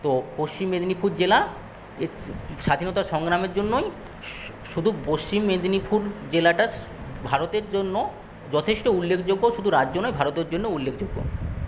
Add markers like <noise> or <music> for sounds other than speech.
তো পশ্চিম মেদিনীপুর জেলা <unintelligible> স্বাধীনতা সংগ্রামের জন্যই <unintelligible> শুধু পশ্চিম মেদিনীপুর জেলাটা ভারতের জন্য যথেষ্ট উল্লেখযোগ্য শুধু রাজ্য নয় ভারতের জন্যও উল্লেখযোগ্য